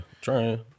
trying